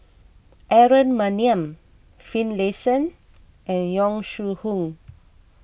Aaron Maniam Finlayson and Yong Shu Hoong